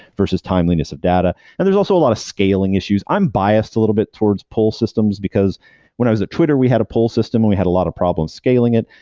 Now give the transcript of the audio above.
versus timeliness of data. and there's also a lot of scaling issues. i'm biased a little bit towards pull systems, because when i was at twitter we had a pull system and we had a lot of problems scaling it,